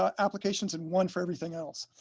um applications and one for everything else.